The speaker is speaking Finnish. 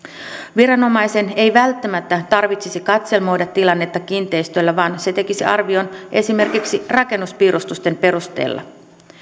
viranomaisen ei välttämättä tarvitsisi katselmoida tilannetta kiinteistöllä vaan se tekisi arvion esimerkiksi rakennuspiirustusten perusteella